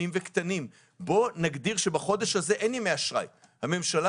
בואו נגדיר שבחודש הזה אין ימי אשראי ושהממשלה